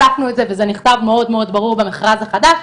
הצפנו את זה וזה נכתב מאוד מאוד ברור במכרז החדש,